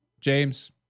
James